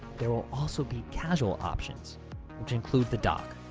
there will also be casual options which include the dock,